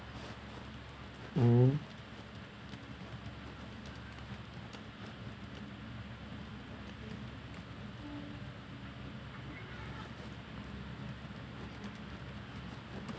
mm